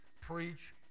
Preach